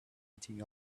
eating